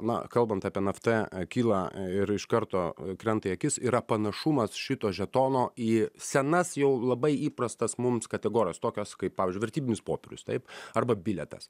na kalbant apie nft kyla ir iš karto krenta į akis yra panašumas šito žetono į senas jau labai įprastas mums kategorijos tokios kaip pavyzdžiui vertybinius popierius taip arba bilietas